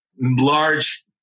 Large